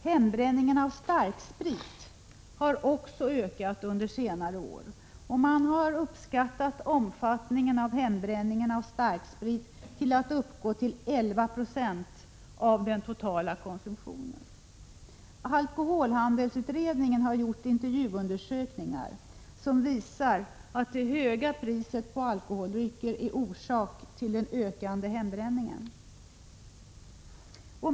Hembränningen av starksprit har också ökat under senare år. Man har uppskattat omfattningen av hembränningen av starksprit till att uppgå till 11 20 av den totala konsumtionen. Alkoholhandelsutredningen har gjort intervjuundersökningar, som visar att det höga priset på alkoholdrycker är orsak till den ökande hembränningen.